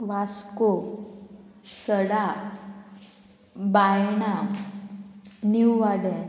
Vasco Sada Baina new Vaddem